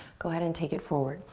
go ahead and take it forward.